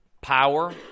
power